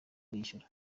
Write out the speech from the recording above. kuyishyura